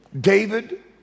David